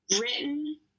Written